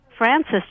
Francis